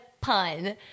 pun